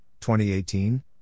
2018